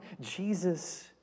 Jesus